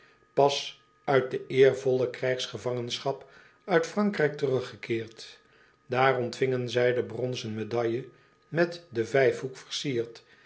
pas uit de eervolle krijgsgevangenschap uit frankrijk teruggekeerd daar ontvingen zij de bronzen medaille met d e